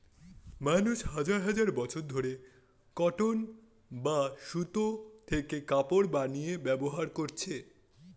মানুষ হাজার হাজার বছর ধরে কটন বা সুতো থেকে কাপড় বানিয়ে ব্যবহার করছে